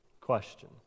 Question